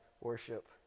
worship